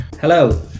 Hello